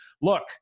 look